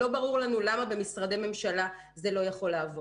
לא ברור לנו למה במשרדי ממשלה זה לא יכול לעבוד.